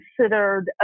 considered